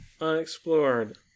unexplored